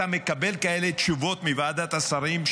אתה מקבל כאלה תשובות מוועדת השרים,